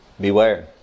Beware